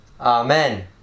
Amen